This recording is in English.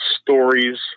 stories